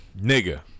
Nigga